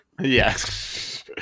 Yes